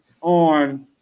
on –